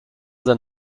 than